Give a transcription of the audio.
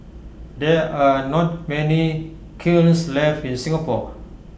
there are not many kilns left in Singapore